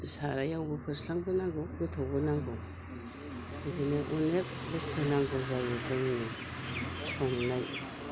सारायाव फोस्लाबो नांगौ गोथौबो नांगौ फोस्लांबो नांगौ बिदिनो अनेग बुस्थु नांगौ जायो जोंनो संनाय